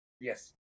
Yes